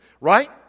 Right